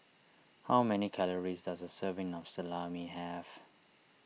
how many calories does a serving of Salami have